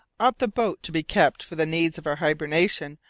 ought the boat to be kept for the needs of our hibernation,